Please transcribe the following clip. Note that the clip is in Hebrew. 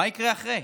מה יקרה אחרי?